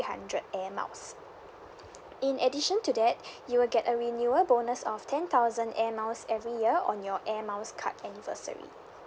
hundred air miles in addition to that you will get a renewal bonus of ten thousand air miles every year on your air miles card anniversary